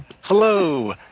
hello